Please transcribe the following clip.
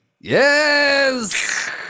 Yes